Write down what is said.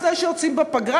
לפני שיוצאים לפגרה,